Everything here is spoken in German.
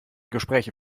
gespräche